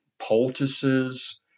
poultices